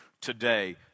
today